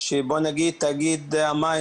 תאגיד המים